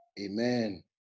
Amen